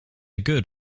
good